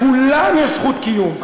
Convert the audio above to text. לכולם יש זכות קיום.